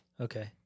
Okay